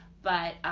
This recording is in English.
but